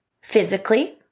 physically